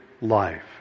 life